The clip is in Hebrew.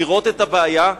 לראות את הבעיה,